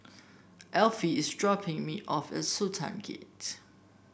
Alfie is dropping me off at Sultan Gate